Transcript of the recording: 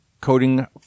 coding